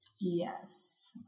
Yes